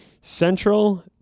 central